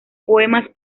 poemas